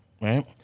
Right